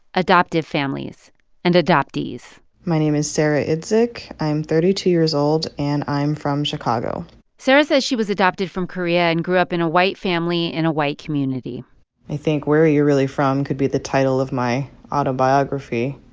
adoptive families and adoptees my name is sarah itzik. i'm thirty two years old. and i'm from chicago sarah says she was adopted from korea and grew up in a white family in a white community i think where you're really from could be the title of my autobiography.